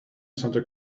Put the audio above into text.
santa